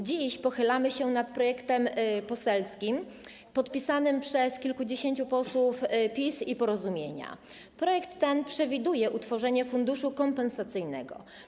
Dziś pochylamy się nad projektem poselskim podpisanym przez kilkudziesięciu posłów PiS i Porozumienia, który przewiduje utworzenie funduszu kompensacyjnego.